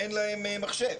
אין להם מחשב.